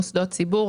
מוסדות ציבור,